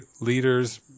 leaders